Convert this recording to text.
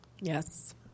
Yes